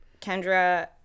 Kendra